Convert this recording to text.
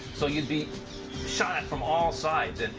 so you'd be shot at from all sides. and